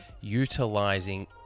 utilizing